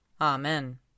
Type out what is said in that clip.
Amen